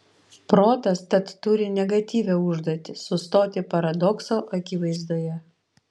protas tad turi negatyvią užduotį sustoti paradokso akivaizdoje